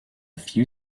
few